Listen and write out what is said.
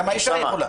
גם האישה יכולה.